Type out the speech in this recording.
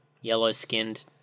yellow-skinned